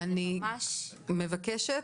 אני מבקשת,